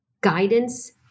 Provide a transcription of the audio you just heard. guidance